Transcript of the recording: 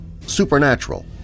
supernatural